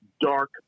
dark